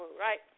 right